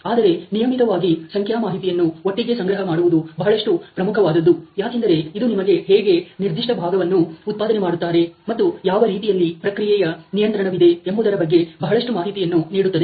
ಆದರೆ ನಿಯಮಿತವಾಗಿ ಸಂಖ್ಯಾ ಮಾಹಿತಿಯನ್ನು ಒಟ್ಟಿಗೆ ಸಂಗ್ರಹ ಮಾಡುವುದು ಬಹಳಷ್ಟು ಪ್ರಮುಖವಾದದ್ದು ಯಾಕೆಂದರೆ ಇದು ನಿಮಗೆ ಹೇಗೆ ನಿರ್ದಿಷ್ಟ ಭಾಗವನ್ನು ಉತ್ಪಾದನೆ ಮಾಡುತ್ತಾರೆ ಮತ್ತು ಯಾವ ರೀತಿಯಲ್ಲಿ ಪ್ರಕ್ರಿಯೆಯ ನಿಯಂತ್ರಣವಿದೆ ಎಂಬುದರ ಬಗ್ಗೆ ಬಹಳಷ್ಟು ಮಾಹಿತಿಯನ್ನು ನೀಡುತ್ತದೆ